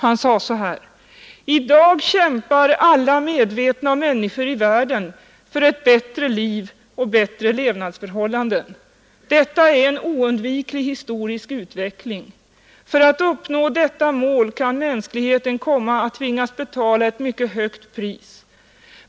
Han sade: ”I dag kämpar alla medvetna människor i världen för ett bättre liv och bättre levnadsförhållanden. Detta är en oundviklig historisk utveckling. För att uppnå detta mål kan mänskligheten komma att tvingas betala ett mycket högt pris.